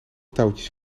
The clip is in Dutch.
touwtjes